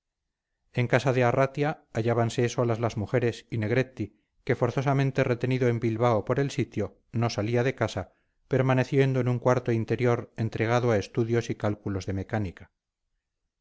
en casa de arratia hallábanse solas las mujeres y negretti que forzosamente retenido en bilbao por el sitio no salía de casa permaneciendo en un cuarto interior entregado a estudios y cálculos de mecánica